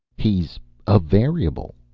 he's a variable.